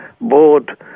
board